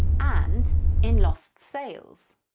and in lost sales.